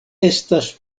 estas